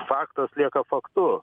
faktas lieka faktu